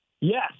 Yes